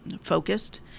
focused